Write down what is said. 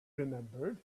remembered